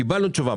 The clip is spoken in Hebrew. קיבלנו תשובה,